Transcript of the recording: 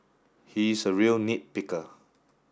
he is a real nit picker